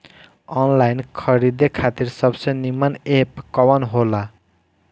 Online खरीदे खातिर सबसे नीमन एप कवन हो ला?